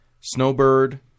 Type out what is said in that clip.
Snowbird